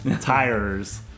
tires